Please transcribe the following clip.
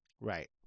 Right